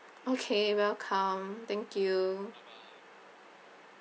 okay welcome thank you